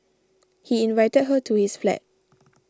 he invited her to his flat